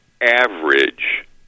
average